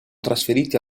trasferiti